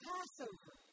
Passover